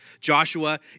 Joshua